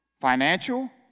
financial